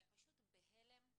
אני פשוט בהלם.